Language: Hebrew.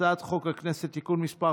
הצעת חוק הכנסת (תיקון מס'